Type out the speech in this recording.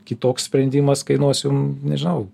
kitoks sprendimas kainuos jum nežinau